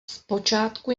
zpočátku